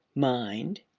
mind,